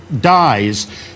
dies